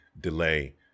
delay